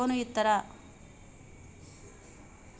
ఏమైనా లోన్లు ఇత్తరా?